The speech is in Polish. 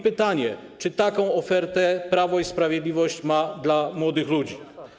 Pytanie: Czy taką ofertę Prawo i Sprawiedliwość ma dla młodych ludzi?